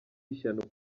ishyano